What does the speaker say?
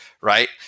right